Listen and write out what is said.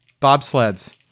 BobSleds